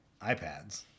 iPads